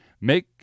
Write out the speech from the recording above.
make